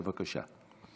בבקשה.